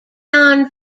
non